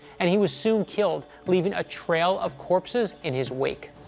and he was soon killed, leaving a trail of corpses in his wake.